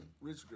Rich